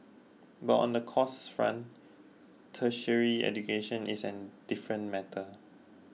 but on the costs front tertiary education is an different matter